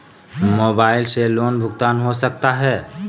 Mobile से loan भुगतान हो सकता है?